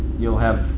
you'll have.